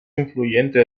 influyente